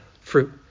fruit